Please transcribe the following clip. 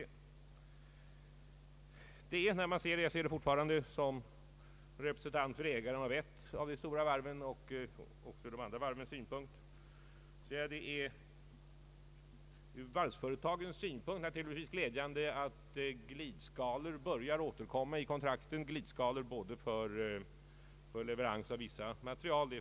Ur varvsföretagens synpunkt — jag ser det fortfarande som representant för ägarna av ett av de stora varven, men det gäller också de andra varven — är det naturligtvis glädjande att glidskalor börjar återkomma i kontrakten vid leverans av vissa material.